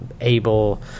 able